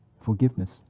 forgiveness